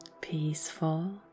peaceful